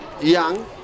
Young